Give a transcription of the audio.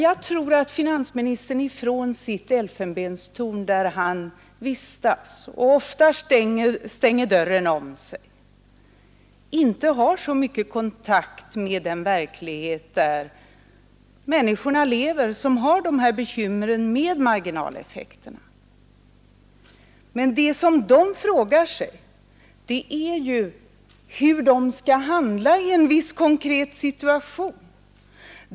Jag tror att finansministern från sitt elfenbenstorn där han vistas och ofta stänger dörren om sig inte har så mycket kontakt med den verklighet där de människor lever som har dessa bekymmer med marginalskatterna. Men vad de frågar sig är ju hur de skall handla i en viss konkret situation.